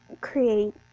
create